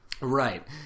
right